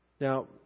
Now